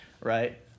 right